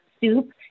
soup